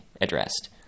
addressed